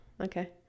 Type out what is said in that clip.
okay